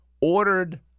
ordered